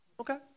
okay